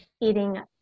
eating